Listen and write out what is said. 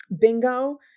bingo